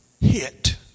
hit